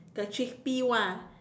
the crispy one